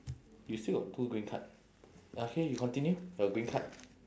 you still got two green card okay you continue your green card